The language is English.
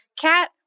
cat